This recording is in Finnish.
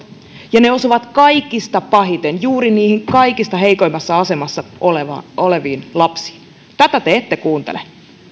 ja heikennykset osuvat kaikista pahiten juuri niihin kaikista heikoimmassa asemassa oleviin lapsiin tätä te ette kuuntele